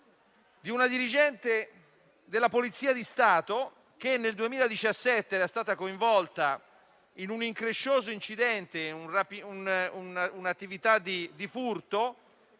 una dirigente della Polizia di Stato, che nel 2017 è stata coinvolta in un increscioso incidente, un tentativo di furto.